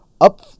up